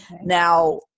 now